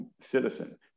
citizen